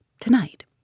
Tonight